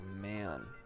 man